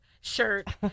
shirt